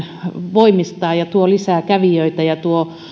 voimistaa ja tuo lisää kävijöitä ja tuo